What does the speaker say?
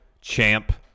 Champ